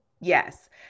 Yes